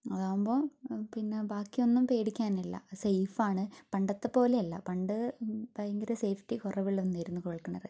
അതാവുമ്പോൾ പിന്നെ ബാക്കിയൊന്നും പേടിക്കാനില്ല സേയ്ഫാണ് പണ്ടെത്തെപ്പോലെയല്ല പണ്ട് ഭയങ്കര സേഫ്റ്റി കുറവുള്ള ഒന്നായിരുന്നു കുഴല്ക്കിണർ